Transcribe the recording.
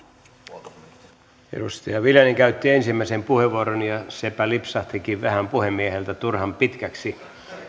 edustaja viljanen käytti ensimmäisen puheenvuoron ja sepä lipsahtikin puhemieheltä vähän turhan pitkäksi